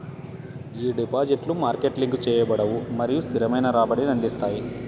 ఈ డిపాజిట్లు market link చేయబడవు మరియు స్థిరమైన రాబడిని అందిస్తాయి